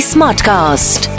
Smartcast